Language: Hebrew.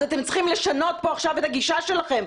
אז אתם צריכים לשנות כאן עכשיו את הגישה שלכם.